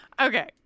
Okay